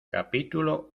capítulo